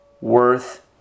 worth